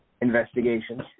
investigations